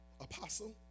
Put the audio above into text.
apostle